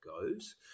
goes